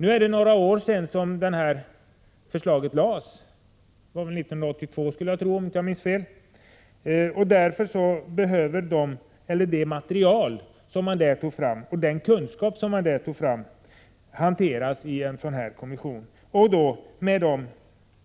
Nu har det gått några år sedan förslaget lades fram — det var 1982, om jag inte minns fel. Det material och den kunskap som kommittén tog fram behöver därför hanteras, med hänsyn